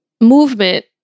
movement